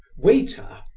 waiter,